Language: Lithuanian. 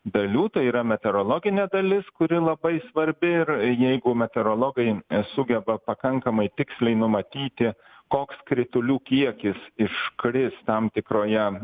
dalių tai yra meteorologinė dalis kuri labai svarbi ir jeigu meteorologai sugeba pakankamai tiksliai numatyti koks kritulių kiekis iškris tam tikroje